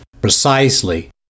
Precisely